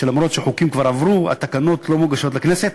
שאף שבחוקים שכבר עברו התקנות לא מוגשות לכנסת,